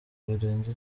birenze